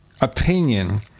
opinion